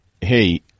hey